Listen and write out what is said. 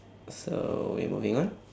so we moving on